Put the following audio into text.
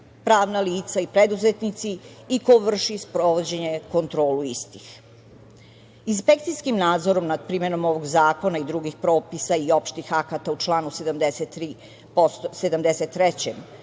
pravna lica i preduzetnici i ko vrši sprovođenje kontrolu istih. Inspekcijskim nadzorom nad primenom ovog zakona i drugih propisa i opštih akata u članu 73. postojećeg